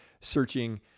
searching